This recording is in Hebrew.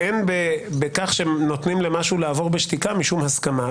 ואין בכך שנותנים למשהו לעבור בשתיקה משום הסכמה.